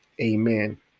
Amen